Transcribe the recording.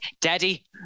Daddy